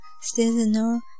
seasonal